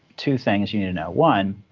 two things you need to know. one,